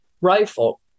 rifle